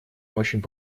очень